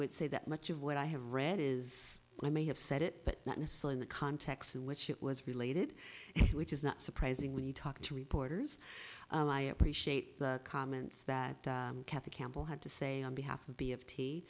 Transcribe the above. would say that much of what i have read is i may have said it but not in a so in the context in which it was related which is not surprising when you talk to reporters i appreciate the comments that cathy campbell had to say on behalf of b of t